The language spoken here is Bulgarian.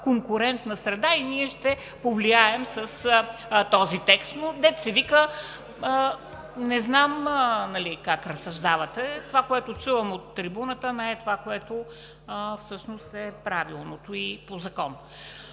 конкурентна среда и ще повлияем с този текст, но както се казва, не знам как разсъждавате. Това, което чувам от трибуната, не е това, което всъщност е правилно и по закон.